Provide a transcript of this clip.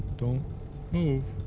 don't move